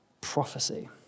prophecy